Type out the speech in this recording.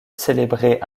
célébrer